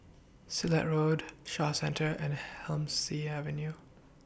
Silat Road Shaw Centre and Avenue